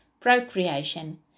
procreation